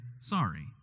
sorry